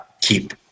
keep